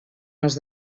les